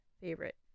favorite